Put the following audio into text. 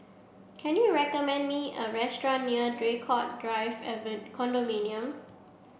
can you recommend me a restaurant near Draycott Drive Condominium